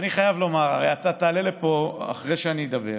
אני חייב לומר, הרי אתה תעלה לפה אחרי שאני אדבר